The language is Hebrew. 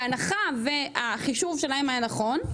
בהנחה והחישוב שלהם היה נכון,